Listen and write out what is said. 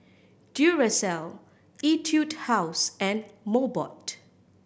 Duracell Etude House and Mobot